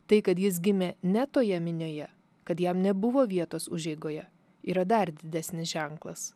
tai kad jis gimė ne toje minioje kad jam nebuvo vietos užeigoje yra dar didesnis ženklas